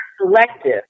selective